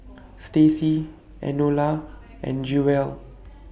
Staci Enola and Jewell